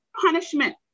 punishment